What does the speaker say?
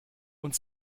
und